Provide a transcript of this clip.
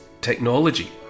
technology